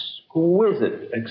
exquisite